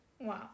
Wow